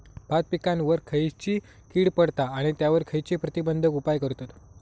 भात पिकांवर खैयची कीड पडता आणि त्यावर खैयचे प्रतिबंधक उपाय करतत?